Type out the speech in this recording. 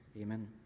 Amen